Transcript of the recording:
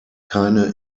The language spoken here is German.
keine